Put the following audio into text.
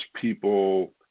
people